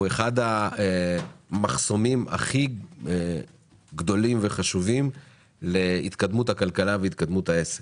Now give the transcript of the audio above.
אחד המחסומים הכי גדולים להתקדמות הכלכלה והתקדמות העסק.